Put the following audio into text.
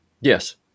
Yes